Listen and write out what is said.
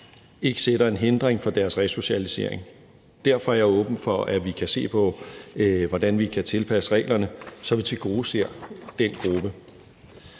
gæld sætter en hindring for deres resocialisering. Derfor er jeg åben for, at vi kan se på, hvordan vi kan tilpasse reglerne, så vi tilgodeser den gruppe.